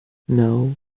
naŭ